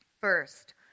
First